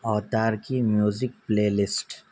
اوتار کی میوزک پلے لیسٹ